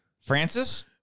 Francis